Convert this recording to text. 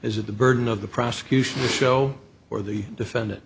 at the burden of the prosecution the show or the defendant